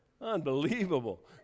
unbelievable